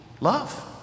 Love